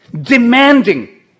Demanding